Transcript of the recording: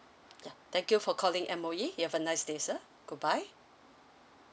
ya thank you for calling M_O_E you have a nice day sir goodbye